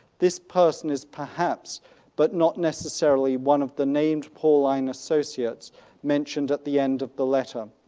this person is perhaps but not necessarily one of the named pauline associates mentioned at the end of the letter.